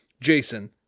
Jason